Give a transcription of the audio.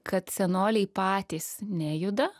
kad senoliai patys nejuda